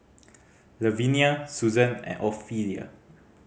Lavinia Suzan and Ofelia